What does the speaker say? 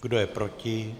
Kdo je proti?